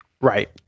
right